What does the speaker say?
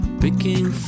picking